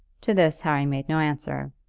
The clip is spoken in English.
to this harry made no answer.